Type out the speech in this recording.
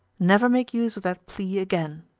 never make use of that plea again.